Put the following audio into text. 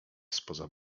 spoza